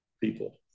people